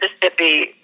Mississippi